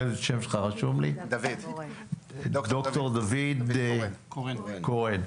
ד"ר דוד קורן,